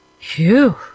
Phew